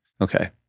Okay